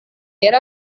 yari